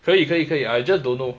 可以可以可以 I just don't know